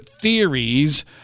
theories